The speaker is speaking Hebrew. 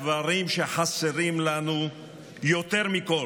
הדברים שחסרים לנו יותר מכול,